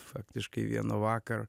faktiškai vieno vakaro